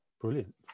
Brilliant